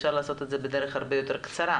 אפשר לעשות את זה בדרך הרבה יותר קצרה,